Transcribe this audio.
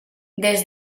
des